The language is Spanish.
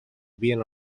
bien